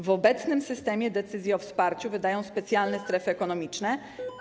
W obecnym systemie decyzje o wsparciu wydają specjalne strefy ekonomiczne.